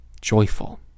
joyful